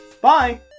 Bye